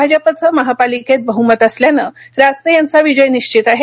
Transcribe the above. भाजपचं महापालिकेत बहमत असल्याने रासने यांचा विजय निश्चित आहे